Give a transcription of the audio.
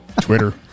Twitter